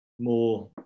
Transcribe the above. More